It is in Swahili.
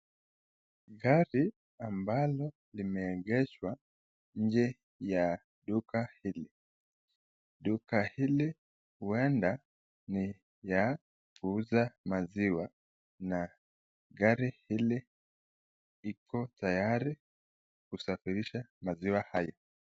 Gari ambalo limeegeshwa nje ya duka hili. Duka hili huenda ni ya kuuza maziwa na gari hili iko tayari kusafirisha maziwa hayo.